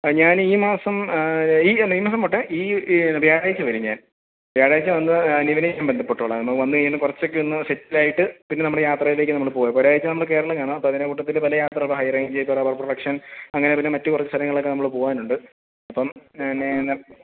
ആ ഞാൻ ഈ മാസം ഈ അല്ല ഈ മാസം പോട്ടെ ഈ വ്യാഴാഴ്ച്ച വരും ഞാൻ വ്യാഴാഴ്ച്ച വന്നാൽ നിവിനെ ഞാൻ ബന്ധപ്പെട്ടോളം നമ്മൾ വന്നുകഴിഞ്ഞ് കുറച്ചൊക്കെ ഒന്ന് സെറ്റ്ൽ ആയിട്ട് പിന്നെ നമ്മുടെ യാത്രയിലേക്ക് നമ്മൾ പോകാം അപ്പോൾ ഒരു ആഴ്ച്ച നമ്മൾ കേരളം കാണാം അപ്പം അതിൻ്റെ കൂട്ടത്തിൽ പല യാത്ര ഹൈ റേഞ്ച് റബ്ബർ പ്രൊഡക്ഷൻ അങ്ങനെ പിന്നെ മറ്റു കുറച്ച് സ്ഥലങ്ങൾ ഒക്കെ നമ്മൾ പോവാനുണ്ട് അപ്പം പിന്നെ എന്നാൽ